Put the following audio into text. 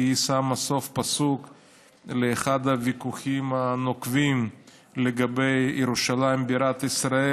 כי היא שמה סוף לאחד הוויכוחים הנוקבים לגבי ירושלים בירת ישראל.